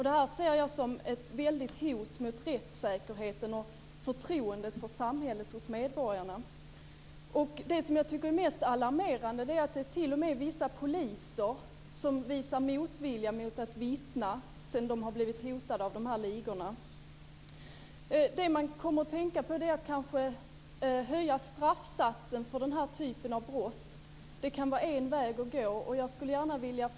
Det här ser jag som ett stort hot mot rättssäkerheten och förtroendet för samhället hos medborgarna. Det som är mest alarmerande är att t.o.m. vissa poliser visar motvilja mot att vittna sedan de blivit hotade av dessa ligor. Det man kommer att tänka på är att straffsatsen för den här typen av brott kanske skall höjas.